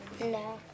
No